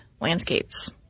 landscapes